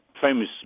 famous